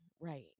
right